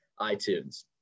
iTunes